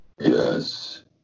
Yes